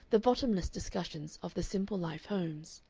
the bottomless discussions of the simple-life homes.